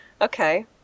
Okay